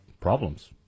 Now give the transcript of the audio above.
problems